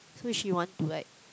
so she want to like